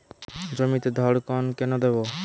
জমিতে ধড়কন কেন দেবো?